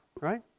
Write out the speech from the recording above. right